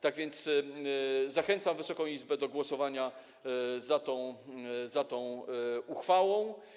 Tak więc zachęcam Wysoką Izbę do głosowania za tą uchwałą.